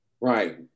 Right